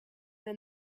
then